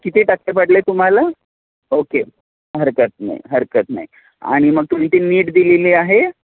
किती टक्के पडले तुम्हाला ओके हरकत नाही हरकत नाही आणि मग तुम्ही नीट दिलेली आहे